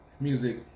music